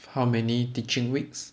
how many teaching weeks